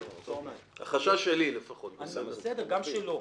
שוק הסיטונאי זו דוגמה קלאסית למה שתואר פה: